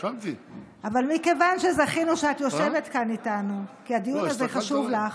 אבל מכיוון שזכינו שאת יושבת כאן איתנו כי הדיון הזה חשוב לך,